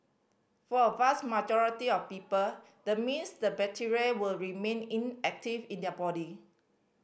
for a vast majority of people the means the bacteria will remain inactive in their body